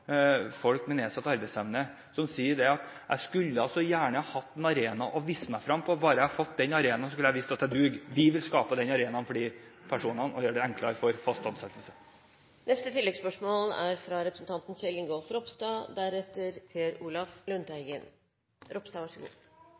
folk med nedsatt arbeidsevne som sier: Jeg skulle gjerne hatt en arena og vist meg frem på – bare jeg hadde fått den arenaen, skulle jeg vist at jeg duger. Vi vil skape den arenaen for de personene og gjøre det enklere å få fast ansettelse. Kjell Ingolf Ropstad – til oppfølgingsspørsmål. Når en snakker om inkluderende arbeidsliv, er